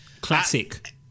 classic